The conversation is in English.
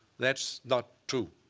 that's not true.